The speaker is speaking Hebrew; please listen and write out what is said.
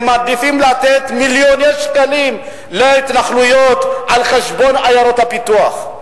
מעדיפים לתת מיליוני שקלים להתנחלויות על חשבון עיירות הפיתוח.